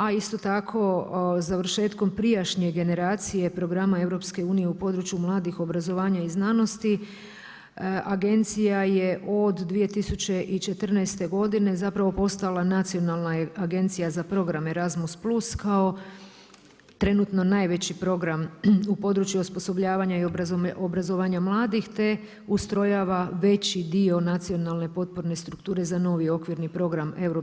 A isto tako završetkom prijašnje generacije programa EU u području mladih, obrazovanja i znanosti agencija je od 2014. godine zapravo postala nacionalna agencija za program Erasmus+ kao trenutno najveći program u području osposobljavanja i obrazovanja mladih te ustrojava veći dio nacionalne potporne strukture za novi okvirni program EU